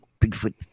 bigfoot